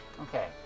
Okay